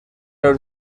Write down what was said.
los